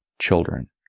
children